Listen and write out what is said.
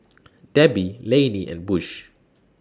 Debby Lainey and Bush